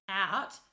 out